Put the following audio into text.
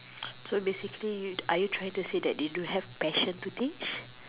so basically you are you trying to say that they don't have passion to teach